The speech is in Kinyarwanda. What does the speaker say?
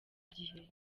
gihe